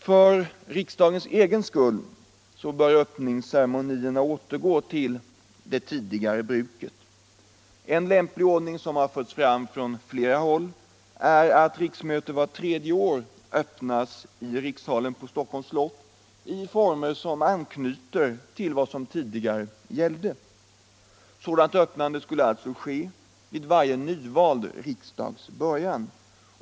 För riksdagens egen skull bör öppningsceremonierna återgå till det tidigare bruket. En lämplig ordning som har föreslagits från flera håll är att riksmötet vart tredje år öppnas i rikssalen på Stockholms slott i former som anknyter till vad som gällde tidigare. Sådant öppnande skulle alltså ske vid varje nyvald riksdags början.